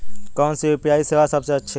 कौन सी यू.पी.आई सेवा सबसे अच्छी है?